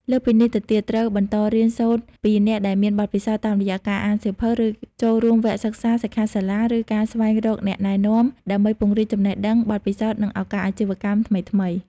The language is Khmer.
លើសពីនេះទៅទៀត ត្រូវបន្តរៀនសូត្រពីអ្នកដែលមានបទពិសោធន៍ តាមរយៈការអានសៀវភៅ ការចូលរួមវគ្គសិក្សា សិក្ខាសាលា ឬការស្វែងរកអ្នកណែនាំ ដើម្បីពង្រីកចំណេះដឹង បទពិសោធន៍ និងឱកាសអាជីវកម្មថ្មីៗ។